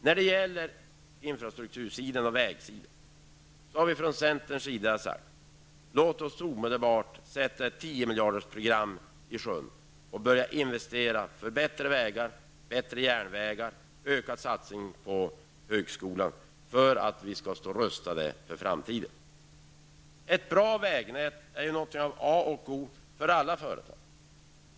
När det gäller infrastruktur, som t.ex. vägar har vi från centerns sida sagt: Låt oss omedelbart sätta ett 10-miljardersprogram i sjön och börja investera för bättre vägar, bättre järnvägar och öka satsningarna på högskolan för att vi skall stå rustade för framtiden. Ett bra vägnät är A och O för alla företag.